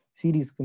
series